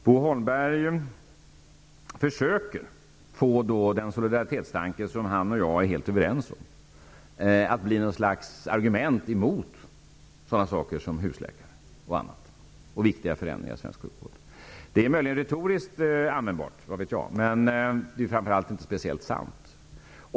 Bo Holmberg försöker få den solidaritetstanke som han och jag är helt överens om att bli något slags argument emot sådana saker som husläkare och andra viktiga förändringar i svensk sjukvård. Det är möjligen retoriskt användbart, vad vet jag, men det är framför allt inte speciellt sant.